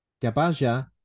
Gabaja